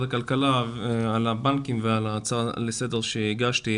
הכלכלה על הבנקים ועל הצעה לסדר שהגשתי,